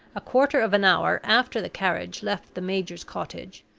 a quarter of an hour after the carriage left the major's cottage,